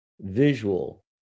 visual